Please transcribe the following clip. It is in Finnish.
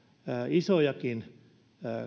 isojakin